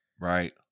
Right